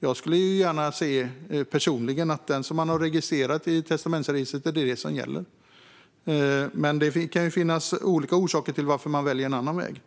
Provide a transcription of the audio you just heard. Jag skulle personligen gärna se att det som man har registrerat i testamentsregistret är det som gäller. Men det kan finnas olika orsaker till varför man väljer en annan väg.